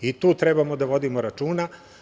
I tu treba da vodimo računa.